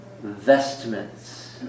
vestments